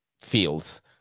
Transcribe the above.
feels